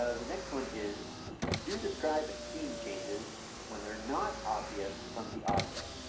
ah the next one is do describe scene changes when they're not obvious from the audio.